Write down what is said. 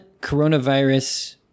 coronavirus